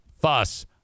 Fuss